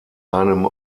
einem